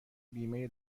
بیمه